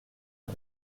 une